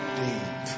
deep